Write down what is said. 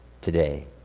today